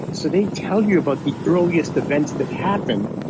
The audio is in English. so they tell you about the earliest events that happen,